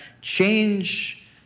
change